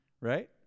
right